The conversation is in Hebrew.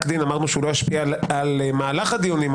דין אמרנו שהוא לא ישפיע על מהלך הדיונים,